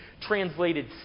translated